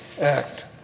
Act